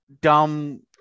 dumb